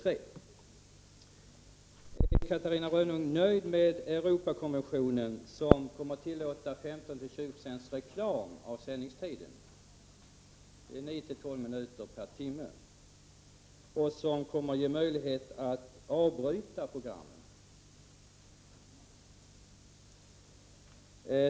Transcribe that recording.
Är Catarina Rönnung vidare nöjd med Europakonventionen, som kommer att tillåta reklam under 15-20 26 av sändningstiden? Det är 9-12 minuter per timme. Det ger också möjlighet att avbryta programmen.